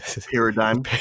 paradigm